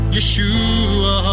Yeshua